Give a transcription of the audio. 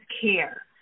care